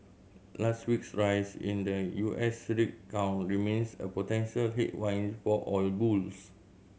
last week's rise in the U S rig count remains a potential headwind for oil bulls